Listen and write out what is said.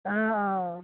অঁ অঁ